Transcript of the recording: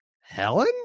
Helen